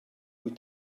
wyt